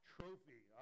Trophy